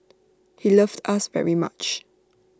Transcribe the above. he loved us very much